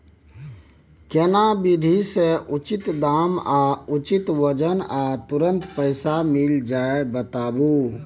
केना विधी से उचित दाम आ उचित वजन आ तुरंत पैसा मिल जाय बताबू?